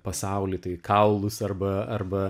pasaulį tai kaulus arba arba